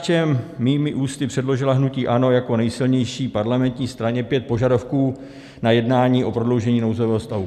KSČM mými ústy předložila hnutí ANO jako nejsilnější parlamentní straně pět požadavků na jednání o prodloužení nouzového stavu.